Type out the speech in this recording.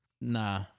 Nah